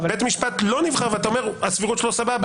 בית משפט לא נבחר, ואתה אומר שהסבירות שלו סבבה.